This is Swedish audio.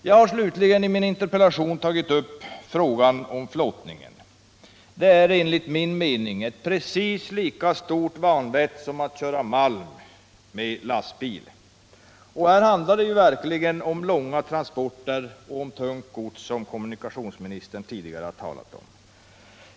Jag har slutligen i min interpellation tagit upp frågan om flottningen. Att avskaffa den är enligt min mening ett precis lika stort vanvett som att köra malm med lastbil. Här handlar det verkligen om långa transporter och tungt gods, som kommunikationsministern tidigare har talat om.